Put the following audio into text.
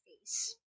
face